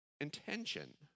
intention